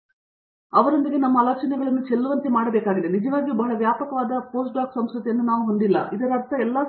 ಆದ್ದರಿಂದ ನಾವು ಅವರೊಂದಿಗೆ ನಮ್ಮ ಆಲೋಚನೆಗಳನ್ನು ಚೆಲ್ಲುವಂತೆ ಮಾಡಬೇಕಾಗಿದೆ ಮತ್ತು ನಾವು ನಿಜವಾಗಿಯೂ ಬಹಳ ವ್ಯಾಪಕವಾದ ಪೋಸ್ಟ್ ಡಾಕ್ ಸಂಸ್ಕೃತಿಯನ್ನು ಹೊಂದಿಲ್ಲ ಇದರರ್ಥ ಎಲ್ಲಾ